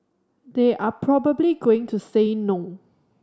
they are probably going to say no